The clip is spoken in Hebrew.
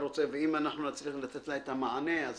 ואם אנחנו נצליח לתת לה את המענה אז